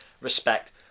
respect